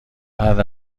بعد